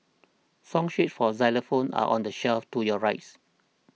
song sheets for xylophones are on the shelf to your rice